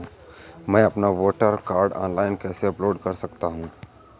मैं अपना voter card online कैसे अपलोड कर सकता हूँ?